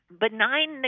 benign